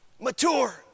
mature